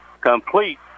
Complete